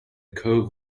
cove